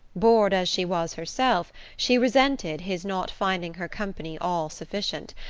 bored as she was herself, she resented his not finding her company all-sufficient,